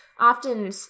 Often